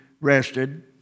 rested